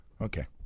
Okay